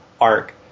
arc